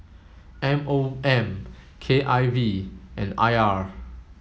M O M K I V and I R